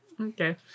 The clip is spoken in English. Okay